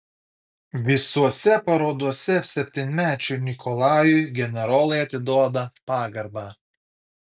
visuose paraduose septynmečiui nikolajui generolai atiduoda pagarbą